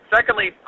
Secondly